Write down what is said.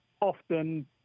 Often